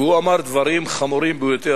והוא אמר דברים חמורים ביותר.